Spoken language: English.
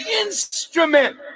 instrument